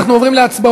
אנחנו עוברים להצבעות.